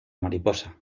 mariposa